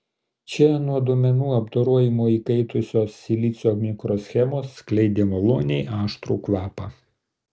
čia nuo duomenų apdorojimo įkaitusios silicio mikroschemos skleidė maloniai aštrų kvapą